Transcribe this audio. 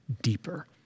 deeper